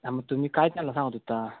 आं मग तुम्ही काय त्यांना सांगत होता